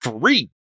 free